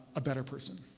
a better person,